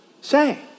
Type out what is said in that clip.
say